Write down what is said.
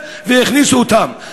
והכניסו אותם.